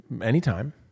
anytime